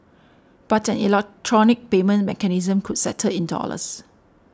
but an electronic payment mechanism could settle in dollars